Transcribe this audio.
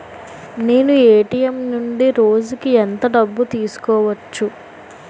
నేను ఎ.టి.ఎం నుండి రోజుకు ఎంత డబ్బు తీసుకోవచ్చు?